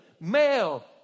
Male